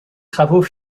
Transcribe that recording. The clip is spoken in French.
travaux